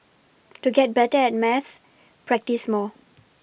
to get better at maths practise more